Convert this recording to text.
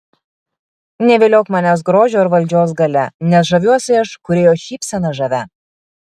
neviliok manęs grožiu ar valdžios galia nes žaviuosi aš kūrėjo šypsena žavia